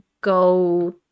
go